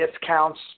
discounts